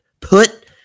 put